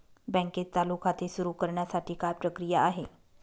बँकेत चालू खाते सुरु करण्यासाठी काय प्रक्रिया आहे?